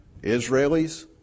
Israelis